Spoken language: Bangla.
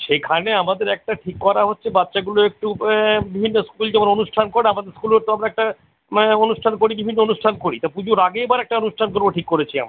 সেইখানে আমাদের একটা ঠিক করা হচ্ছে বাচ্চাগুলো একটু বিভিন্ন স্কুল যেমন অনুষ্ঠান করে আমাদের স্কুলও তো আমরা একটা মানে অনুষ্ঠান করি বিভিন্ন অনুষ্ঠান করি তা পুজোর আগে এবার একটা অনুষ্ঠান করবো ঠিক করেছি আমরা